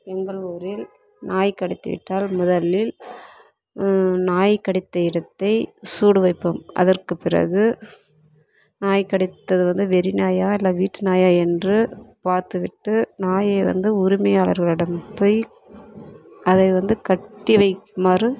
எங்கள் ஊரில் நாய் கடித்து விட்டால் முதலில் நாய் கடித்த இடத்தை சூடு வைப்போம் அதற்கு பிறகு நாய் கடித்தது வந்து வெறி நாயா இல்லை வீட்டு நாயா என்று பார்த்து விட்டு நாயை வந்து உரிமையாளர்களிடம் போய் அதை வந்து கட்டி வைக்குமாறு